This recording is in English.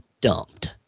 dumped